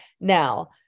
Now